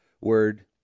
word